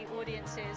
audiences